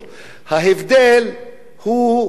ההבדל קטן,